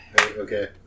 Okay